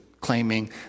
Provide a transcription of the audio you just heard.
claiming